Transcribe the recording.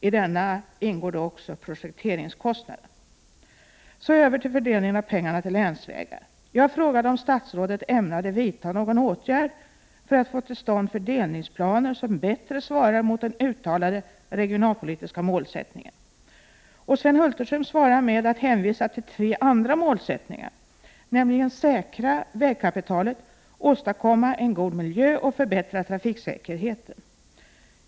I entreprenaden ingår då också projekteringskostnaden. Så över till fördelningen av pengarna till länsvägar. Jag frågade om statsrådet ämnade vidta någon åtgärd för att få till stånd fördelningsplaner som bättre svarar mot den uttalade regionalpolitiska målsättningen. Sven Hulterström svarar med att hänvisa till tre andra målsättningar, nämligen att säkra vägkapitalet, att åstadkomma en god miljö och att förbättra trafiksäkerheten.